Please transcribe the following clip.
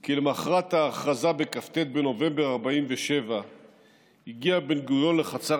כי למוחרת ההכרזה בכ"ט בנובמבר 1947 הגיע בן-גוריון לחצר